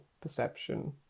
perception